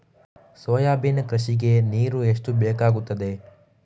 Soybean ಕೃಷಿಗೆ ನೀರು ಎಷ್ಟು ಬೇಕಾಗುತ್ತದೆ?